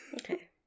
Okay